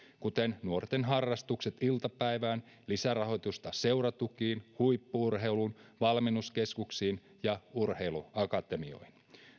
kuten nuorten harrastukset iltapäivään ja lisärahoitusta seuratukiin huippu urheiluun valmennuskeskuksiin ja urheiluakatemioihin